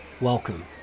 Welcome